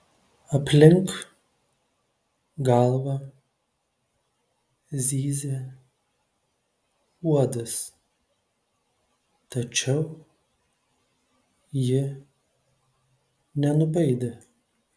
aplink galvą zyzė uodas tačiau ji nenubaidė